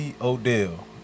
Odell